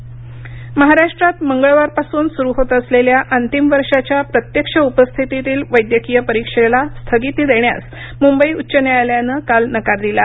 विद्यार्थी याचिका महाराष्ट्रात मंगळवारपासून सुरू होत असलेल्या अंतिम वर्षाच्या प्रत्यक्ष उपस्थितीतील वैद्यकीय परीक्षेला स्थगिती देण्यास मुंबई उच्च न्यायालयानं काल नकार दिला